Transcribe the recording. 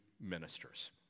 ministers